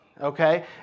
okay